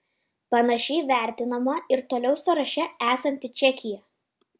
panašiai vertinama ir toliau sąraše esanti čekija